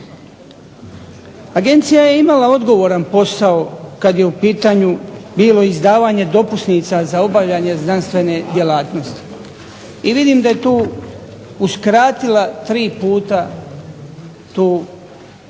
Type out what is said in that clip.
agencija je imala odgovoran posao kad je u pitanju bilo izdavanje dopusnica za obavljanje znanstvene djelatnosti, i vidim da je tu uskratila tri puta tu